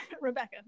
Rebecca